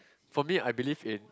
for me I believe in